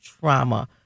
trauma